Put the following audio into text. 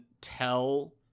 tell